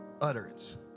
utterance